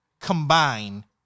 Combine